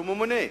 שהוא הממונה שם.